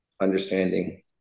understanding